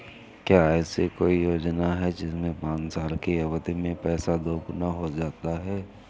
क्या ऐसी कोई योजना है जिसमें पाँच साल की अवधि में पैसा दोगुना हो जाता है?